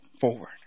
forward